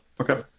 Okay